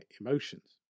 emotions